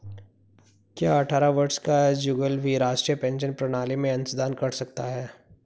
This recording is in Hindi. क्या अट्ठारह वर्ष का जुगल भी राष्ट्रीय पेंशन प्रणाली में अंशदान कर सकता है?